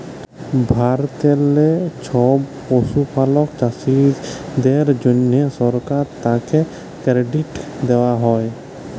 ভারতেললে ছব পশুপালক চাষীদের জ্যনহে সরকার থ্যাকে কেরডিট দেওয়া হ্যয়